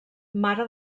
mare